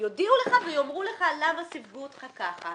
יודיעו לך ויאמרו לך למה סיווגו אותך ככה.